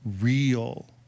real